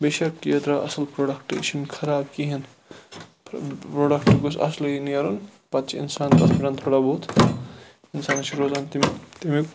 بیشَک یہِ دراو اصل پروڈَکٹ یہِ چھُنہٕ خَراب کِہیٖنۍ پروڈَکٹ گوٚژھ اَصلے نیرُن پَتہٕ چھُ اِنسان تَتھ پٮ۪ٹھ تھوڑا بہت اِنسانَس چھُ روزان تیٚمیُک تیٚمیُک